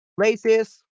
places